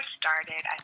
Started